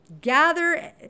gather